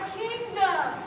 kingdom